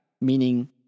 meaning